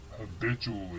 habitually